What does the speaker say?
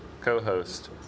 co-host